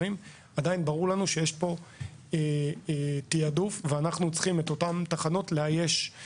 עדיין ברור לנו שיש תיעדוף ושאנחנו צריכים לאייש את אותן תחנות בלוחמים,